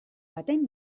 baten